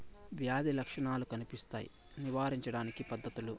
వ్యాధి లక్షణాలు కనిపిస్తాయి నివారించడానికి పద్ధతులు?